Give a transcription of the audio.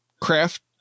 craft